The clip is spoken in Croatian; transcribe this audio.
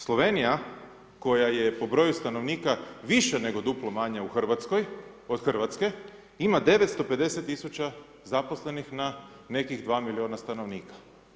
Slovenija, koja je po broju stanovnika više nego duplo manja od Hrvatske, ima 950 tisuća zaposlenih na nekih 2 milijuna stanovnika.